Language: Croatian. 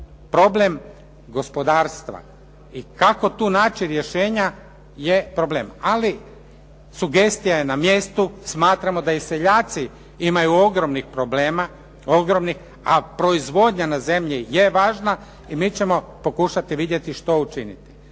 problem gospodarstva i kako tu naći rješenja je problem. Ali sugestija je na mjestu, smatramo da i seljaci imaju ogromnih problema, ogromnih, a proizvodnja na zemlji je važna i mi ćemo pokušati vidjeti što učiniti.